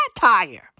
satire